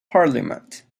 parliament